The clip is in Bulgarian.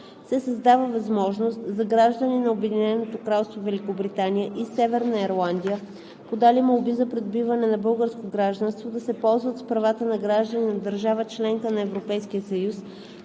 се създава възможност за граждани на Обединеното кралство Великобритания и Северна Ирландия, подали молби за придобиване на българско гражданство, да се ползват с правата на граждани на държава – членка на Европейския съюз,